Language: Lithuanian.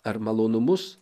ar malonumus